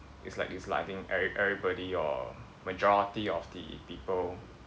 it's like it's like I think ever~ everybody or majority of the people